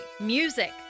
music